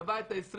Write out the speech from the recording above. קבע את ה-20.